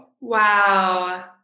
Wow